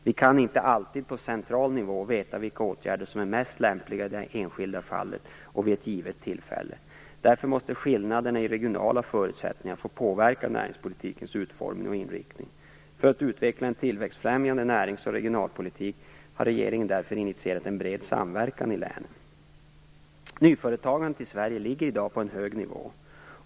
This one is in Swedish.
Vi kan inte alltid på central nivå veta vilka åtgärder som är mest lämpliga i det enskilda fallet och vid ett givet tillfälle. Därför måste skillnader i regionala förutsättningar få påverka näringspolitikens utformning och inriktning. För att utveckla en tillväxtfrämjande närings och regionalpolitik har regeringen därför initierat en bred samverkan i länen. Nyföretagandet i Sverige ligger i dag på en hög nivå.